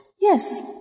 Yes